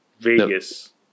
Vegas